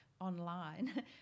online